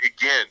again